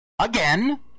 Again